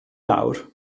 lawr